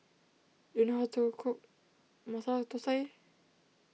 do you know how to cook Masala Thosai